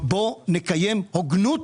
אבל בואו נקיים הוגנות